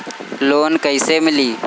Loan कइसे मिली?